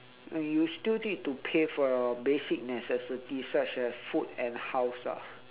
you still need to pay for your basic necessities such as food and house lah